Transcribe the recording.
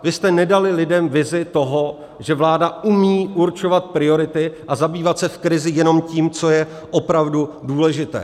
Vy jste nedali lidem vizi toho, že vláda umí určovat priority a zabývat se v krizi jenom tím, co je opravdu důležité.